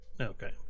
Okay